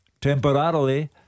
Temporarily